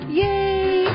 yay